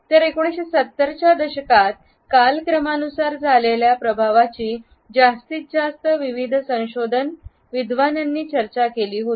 तर 1970 च्या दशकात कालक्रमानुसार झालेल्या प्रभावाची जास्तीत जास्त विविध संशोधन विद्वानांनी चर्चा केली होती